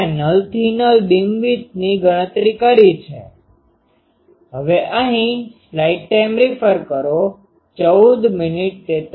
આપણે નલથી નલ બીમવિડ્થની ગણતરી કરી છે